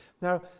Now